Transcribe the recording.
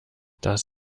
das